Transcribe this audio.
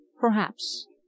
Perhaps